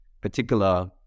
particular